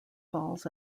balls